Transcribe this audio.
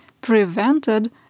prevented